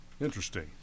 interesting